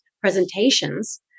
presentations